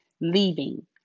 leaving